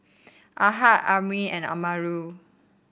Ahad Amrin and Melur